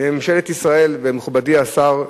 לממשלת ישראל ולמכובדי השר,